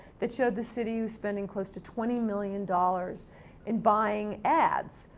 that showed the city was spending close to twenty million dollars in buying ads,